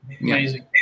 amazing